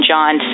John